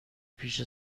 پیش